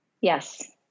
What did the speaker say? Yes